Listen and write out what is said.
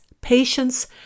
patience